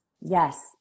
Yes